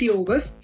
overs